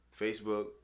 Facebook